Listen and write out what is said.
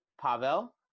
Pavel